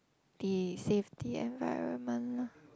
the safety environment